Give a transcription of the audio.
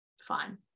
fine